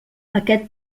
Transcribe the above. aquest